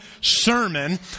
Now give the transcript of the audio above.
sermon